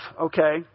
okay